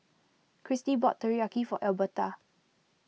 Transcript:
Christy bought Teriyaki for Albertha